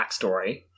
backstory